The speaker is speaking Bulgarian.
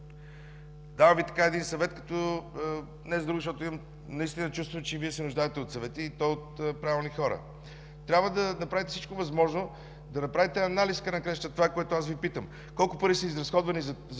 давам Ви един съвет, не за друго, а защото имам наистина чувството, че се нуждаете от съвети, и то от правилни хора, трябва да направите всичко възможно да направите анализ в края на краищата на това, което аз Ви питам: колко пари са изразходвани за